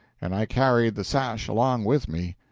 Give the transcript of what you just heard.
and i carried the sash along with me.